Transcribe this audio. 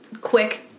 quick